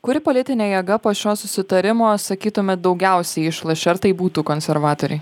kuri politinė jėga po šio susitarimo sakytumėt daugiausiai išlošė ar tai būtų konservatoriai